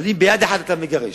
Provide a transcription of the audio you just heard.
אבל אם ביד אחת אתה מגרש,